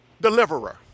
deliverer